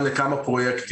העברת 08/002. משרד המשפטים,